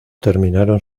terminaron